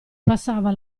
passava